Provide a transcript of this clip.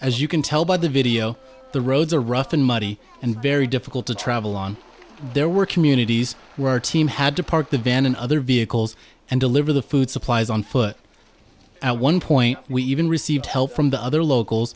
as you can tell by the video the roads are rough and muddy and very difficult to travel on there were communities where our team had to park the van and other vehicles and deliver the food supplies on foot at one point we even received help from the other local